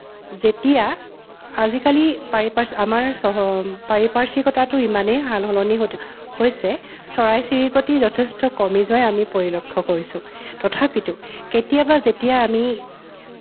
যেতিয়া আজিকালি পাৰিপাশ্ আমাৰ চহ পাৰিপাৰ্শ্বিকতাটো ইমানেই সালসলনি হতি হৈছে চৰাই চিৰিকটি যথেষ্ট কমি যোৱাই আমি পৰিলক্ষ কৰিছোঁ তথাপিতো কেতিয়াবা যেতিয়া আমি